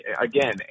again